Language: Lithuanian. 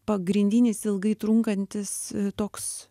pagrindinis ilgai trunkantis toks